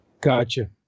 Gotcha